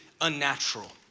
unnatural